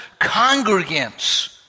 congregants